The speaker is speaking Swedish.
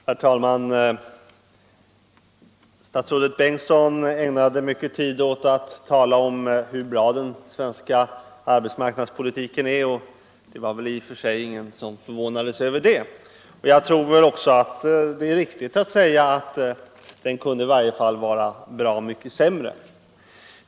Herr talman! Statsrådet Bengtsson ägnade mycket tid åt hur bra den svenska arbetsmarknadspolitiken är, och det var väl i och för sig ingen politiken Arbetsmarknadspolitiken 60 som förvånade sig över det. Jag tror också att det är riktigt att säga att den i varje fall kunde ha varit bra mycket sämre.